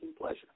pleasure